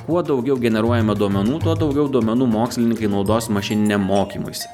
kuo daugiau generuojame duomenų tuo daugiau duomenų mokslininkai naudos mašininiam mokymuisi